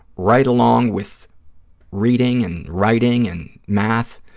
right along with reading and writing and math,